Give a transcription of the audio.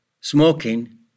smoking